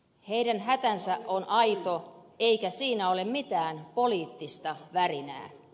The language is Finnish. heidän hätänsä on aito eikä siinä ole mitään poliittista värinää